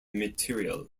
material